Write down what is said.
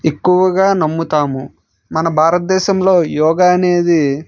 ఎక్కువగా నమ్ముతాము మన భారతదేశంలో యోగా అనేది